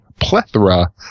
plethora